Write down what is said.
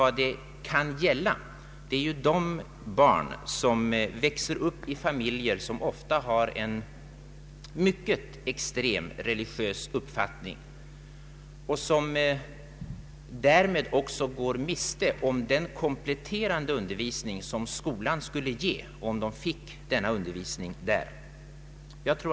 Det kan emellertid gälla barn som växer upp i familjer med en mycket extrem religiös uppfattning. Dessa barn går därmed också miste om den kompletterande undervisning som skolan skulle ge dem om de fick deltaga i dess undervisning i religionskunskap.